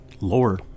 lower